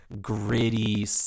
gritty